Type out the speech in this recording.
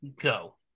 Go